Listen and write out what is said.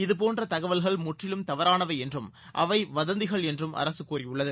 இதுபோன்ற தகவல்கள் முற்றிலும் தவறறனவை என்றும் அவை வதந்திகள் என்றும் அரசு கூறியுள்ளது